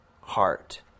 heart